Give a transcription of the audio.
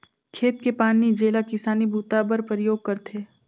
खेत के पानी जेला किसानी बूता बर परयोग करथे